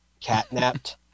catnapped